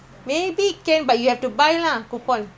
two hundred fifty